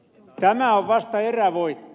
tämä on vasta erävoitto